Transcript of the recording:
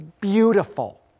beautiful